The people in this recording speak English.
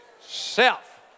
self